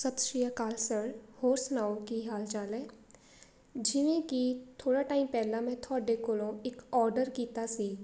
ਸਤਿ ਸ਼੍ਰੀ ਅਕਾਲ ਸਰ ਹੋਰ ਸੁਣਾਓ ਕੀ ਹਾਲ ਚਾਲ ਹੈ ਜਿਵੇਂ ਕੀ ਥੋੜ੍ਹਾ ਟਾਈਮ ਪਹਿਲਾਂ ਮੈਂ ਤੁਹਾਡੇ ਕੋਲੋਂ ਇੱਕ ਔਡਰ ਕੀਤਾ ਸੀ